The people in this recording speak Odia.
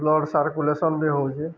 ବ୍ଲଡ଼ ସାର୍କୁକୁଲେସନ ବି ହଉଚି